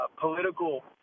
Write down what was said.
political